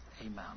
Amen